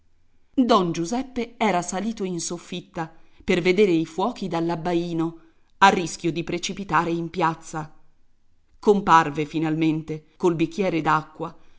don giuseppe era salito in soffitta per vedere i fuochi dall'abbaino a rischio di precipitare in piazza comparve finalmente col bicchier